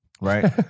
right